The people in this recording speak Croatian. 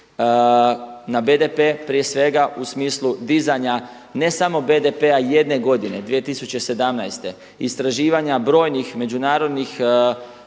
na BDP prije svega u smislu dizanja ne samo BDP-a jedne godine. 2017. istraživanja brojnih međunarodnih